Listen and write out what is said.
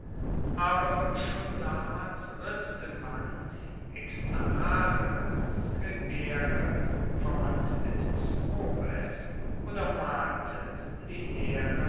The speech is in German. aber schon damals ritzte man exarare scribere verwandt mit s oder malte